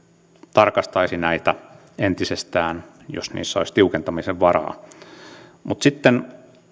tarkistaisi näitä entisestään jos niissä olisi tiukentamisen varaa sitten